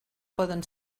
poden